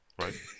Right